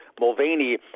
Mulvaney